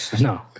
No